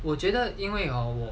我觉得因为 hor